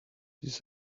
his